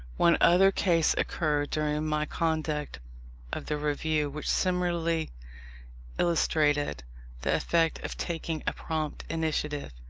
one other case occurred during my conduct of the review, which similarly illustrated the effect of taking a prompt initiative.